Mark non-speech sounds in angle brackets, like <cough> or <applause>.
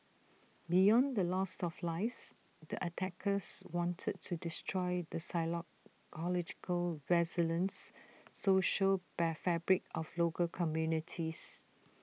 beyond the loss of lives the attackers wanted to destroy the psychological resilience social <noise> fabric of local communities